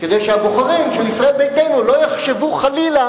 כדי שהבוחרים של ישראל ביתנו לא יחשבו חלילה